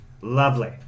Lovely